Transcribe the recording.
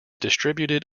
distributed